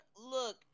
look